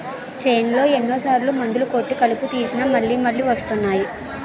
చేన్లో ఎన్ని సార్లు మందులు కొట్టి కలుపు తీసినా మళ్ళి మళ్ళి వస్తున్నాయి